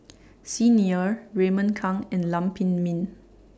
Xi Ni Er Raymond Kang and Lam Pin Min